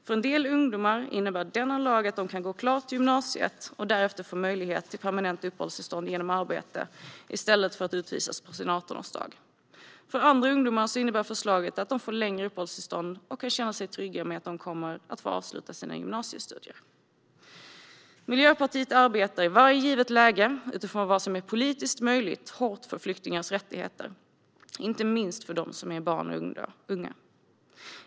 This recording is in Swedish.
För en del ungdomar innebär denna lag att de kan gå klart gymnasiet och därefter få möjlighet till permanent uppehållstillstånd genom arbete i stället för att utvisas på sin 18-årsdag. För andra ungdomar innebär förslaget att de får längre uppehållstillstånd och kan känna sig trygga med att de kommer att få avsluta sina gymnasiestudier. Miljöpartiet arbetar i varje givet läge, utifrån vad som är politiskt möjligt, hårt för flyktingars rättigheter, inte minst för dem som är barn och unga.